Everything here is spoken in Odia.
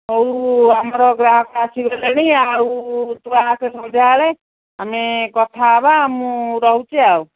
ହଉ ଆମର ଗ୍ରାହକ ଆସିଗଲେଣି ଆଉ ତୁ ଆସେ ସନ୍ଧ୍ୟାବେଳେ ଆମେ କଥା ହେବା ମୁଁ ରହୁଛି ଆଉ